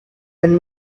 when